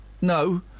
no